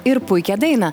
ir puikią dainą